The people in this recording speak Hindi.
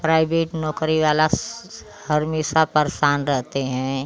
प्राइवेट नौकरी वाला हमेशा परेशान रहते हैं